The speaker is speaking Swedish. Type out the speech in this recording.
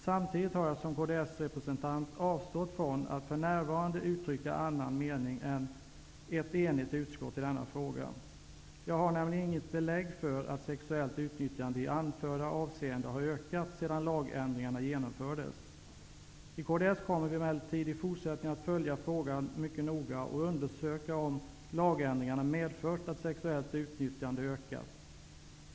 Samtidigt har jag som kds-representant avstått från att för närvarande uttrycka annan mening än den som ett enigt utskott har framfört i denna fråga. Jag har nämligen inget belägg för att sexuellt utnyttjande i anförda avseende har ökat sedan lagändringarna genomfördes. I kds kommer vi emellertid i fortsättningen att följa frågan mycket noga och undersöka om lagändringarna medfört att sexuellt utnyttjande ökat.